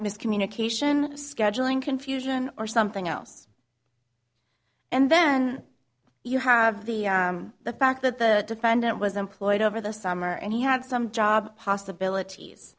miscommunication scheduling confusion or something else and then you have the the fact that the defendant was employed over the summer and he had some job possibilities